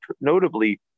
notably